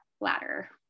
ladder